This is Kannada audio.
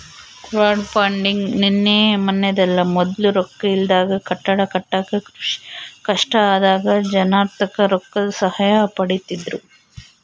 ಕ್ರೌಡ್ಪಂಡಿಂಗ್ ನಿನ್ನೆ ಮನ್ನೆದಲ್ಲ, ಮೊದ್ಲು ರೊಕ್ಕ ಇಲ್ದಾಗ ಕಟ್ಟಡ ಕಟ್ಟಾಕ ಕಷ್ಟ ಆದಾಗ ಜನರ್ತಾಕ ರೊಕ್ಕುದ್ ಸಹಾಯ ಪಡೀತಿದ್ರು